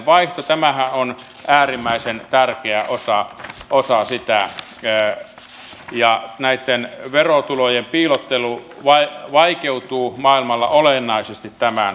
tämähän on äärimmäisen tärkeä osa sitä ja näitten verotulojen piilottelu vaikeutuu maailmalla olennaisesti tämän seurauksena